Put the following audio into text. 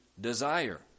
desire